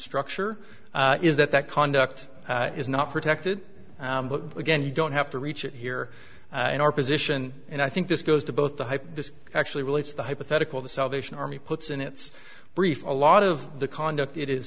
structure is that that conduct is not protected but again you don't have to reach it here in our position and i think this goes to both the hype this actually relates to the hypothetical the salvation army puts in its brief a lot of the conduct it is